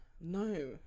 No